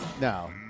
no